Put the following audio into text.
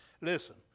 listen